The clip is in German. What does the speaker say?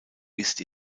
ist